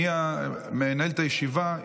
אני מנהל את הישיבה.